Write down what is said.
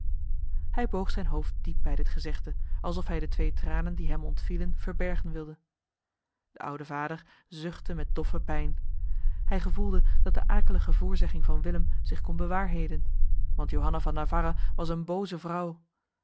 hij boog zijn hoofd diep bij dit gezegde alsof hij de twee tranen die hem ontvielen verbergen wilde de oude vader zuchtte met doffe pijn hij gevoelde dat de aaklige voorzegging van willem zich kon bewaarheden want johanna van navarra was een boze vrouw